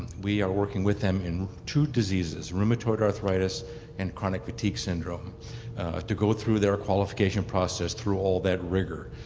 we are working with them in two diseases, rheumatoid arthritis and chronic fatigue syndrome to go through their qualification process through all that rigor.